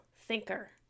thinker